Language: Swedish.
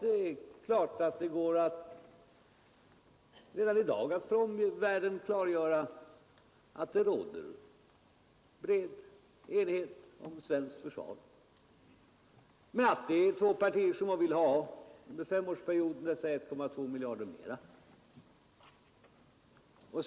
Det är klart att det redan i dag går att inför omvärlden klargöra, att det råder bred enighet om det svenska försvaret, men att det är två partier som under den kommande femårsperioden vill öka försvarsutgifterna med 1,25 miljarder kronor.